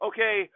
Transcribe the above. Okay